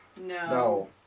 No